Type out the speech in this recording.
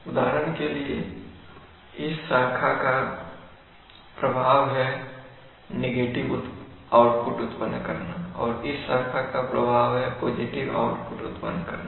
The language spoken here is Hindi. उदाहरण के लिए इस शाखा का प्रभाव है नेगेटिव आउटपुट उत्पन्न करना और इस शाखा का प्रभाव है पॉजिटिव आउटपुट उत्पन्न करना